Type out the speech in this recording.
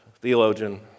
theologian